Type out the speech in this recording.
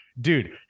dude